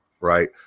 right